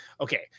okay